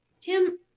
Tim